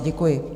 Děkuji.